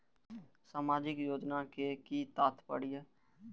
सामाजिक योजना के कि तात्पर्य?